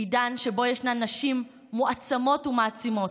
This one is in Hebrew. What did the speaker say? עידן שבו ישנן נשים מועצמות ומעצימות,